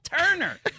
Turner